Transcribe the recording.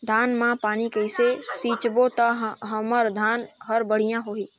धान मा पानी कइसे सिंचबो ता हमर धन हर बढ़िया होही?